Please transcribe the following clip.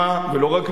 ולא רק מאתנו,